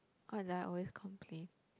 what do I always complain